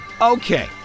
Okay